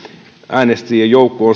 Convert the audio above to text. äänestäjien joukko